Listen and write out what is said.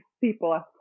people